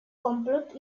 complot